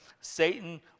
Satan